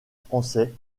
français